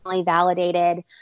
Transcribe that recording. validated